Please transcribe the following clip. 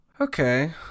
okay